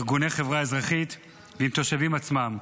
ארגוני חברה אזרחית ועם התושבים עצמם.